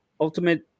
Ultimate